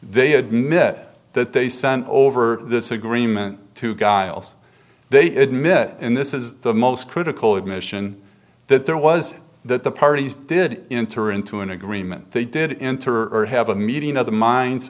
they admit that they sent over this agreement to giles they admit and this is the most critical admission that there was that the parties did enter into an agreement they did enter or have a meeting of the min